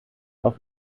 auf